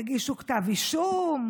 תגישו כתב אישום,